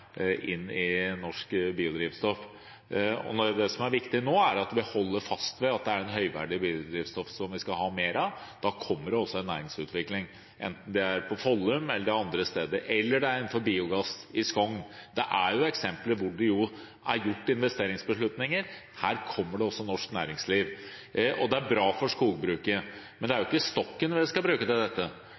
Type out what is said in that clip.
i norsk biodrivstoff. Det som er viktig nå, er at vi holder fast ved at det er høyverdig biodrivstoff vi skal ha mer av. Da kommer det også en næringsutvikling, enten det er på Follum eller andre steder, eller det er innenfor biogass i Skogn. Det er eksempler hvor man har gjort investeringsbeslutninger. Her kommer det også norsk næringsliv. Det er også bra for skogbruket. Men det er ikke stokken vi skal bruke til dette